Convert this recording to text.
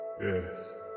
Yes